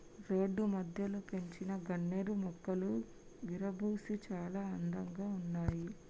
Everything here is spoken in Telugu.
రోడ్డు మధ్యలో పెంచిన గన్నేరు మొక్కలు విరగబూసి చాలా అందంగా ఉన్నాయి